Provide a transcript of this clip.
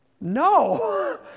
no